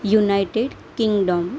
United Kingdom